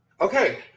Okay